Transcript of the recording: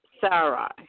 Sarah